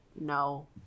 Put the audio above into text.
no